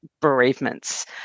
bereavements